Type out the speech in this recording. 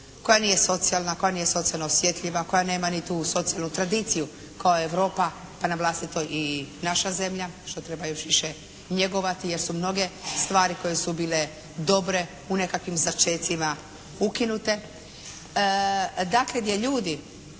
koja nije socijalna, koja nije socijalno osjetljiva, koja nema ni tu socijalnu tradiciju kao Europa, pa na vlastito i naša zemlja što treba još više i njegovati jer su mnoge stvari koje su bile dobre u nekakvim začecima ukinute, dakle gdje ljudi